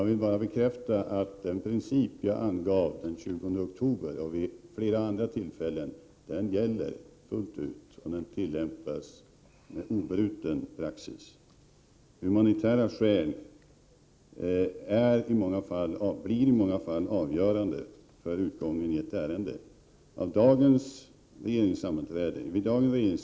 Herr talman! Det är ingen konsekvens i detta. Den familj jag talar om har vistats i Sverige i fyra år. Det äldsta barnet har varit med hela tiden, och det minsta barnet är fött i Sverige.